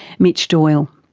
mitch doyle.